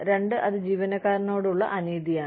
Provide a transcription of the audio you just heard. രണ്ട് അത് ജീവനക്കാരനോടുള്ള അനീതിയാണ്